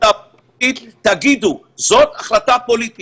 אם זו החלטה פוליטית